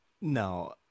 No